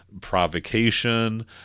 provocation